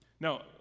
now